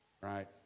right